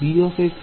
pএর মান হবে 1